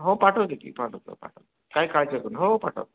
हो पाठवतो की पाठवतो हो पाठवतो काय काळजी नको हो पाठवतो